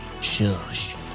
Shush